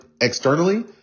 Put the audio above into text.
externally